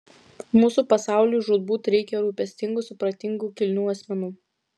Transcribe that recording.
mūsų pasauliui žūtbūt reikia rūpestingų supratingų kilnių asmenų